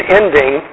ending